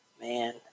Man